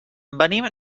venim